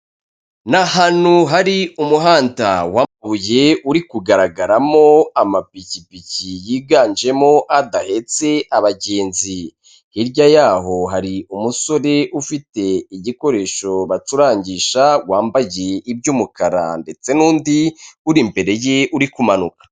Ni ahantu hari umuhanda w'amabuye uri kugaragaramo amapikipiki yiganjemo adahetse abagenzi, hirya y'aho hari umusore ufite igikoresho bacurangisha wambagiye iby'umukara ndetse n'undi uri imbere ye uri kumanuka.